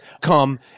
come